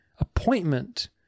appointment